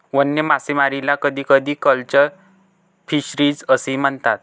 वन्य मासेमारीला कधीकधी कॅप्चर फिशरीज असेही म्हणतात